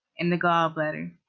and the gallbladder.